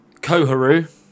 koharu